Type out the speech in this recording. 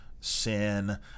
sin